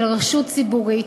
של רשות ציבורית,